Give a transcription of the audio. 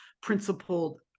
principled